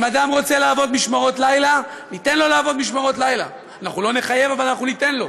אם אדם רוצה לעבוד משמרות לילה, ניתן לו